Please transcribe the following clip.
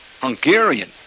Hungarian